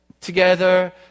together